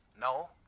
No